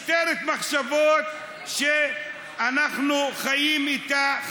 משטרת מחשבות שאנחנו חיים איתה,